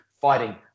fighting